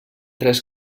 tres